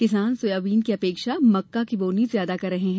किसान सोयाबीन की अपेक्षा मक्का की बोवनी ज्यादा कर रहे हैं